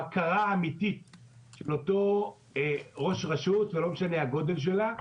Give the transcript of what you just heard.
הבקרה האמיתית של ראש רשות ולא משנה הגודל שלה,